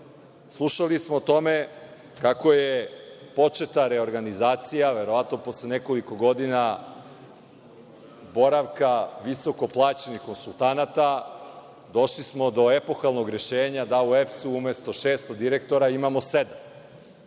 smo o tome kako je početa reorganizacija, verovatno posle nekoliko godina boravka visoko-plaćenih konsultanata došli smo do epohalnog rešenja da u EPS umesto 600 direktora imamo